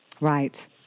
Right